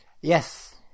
Yes